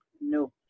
no